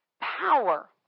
Power